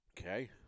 Okay